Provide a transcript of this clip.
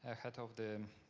ah head of the